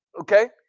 Okay